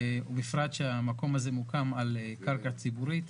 ובפרט שהמקום הזה מוקם על קרקע ציבורית.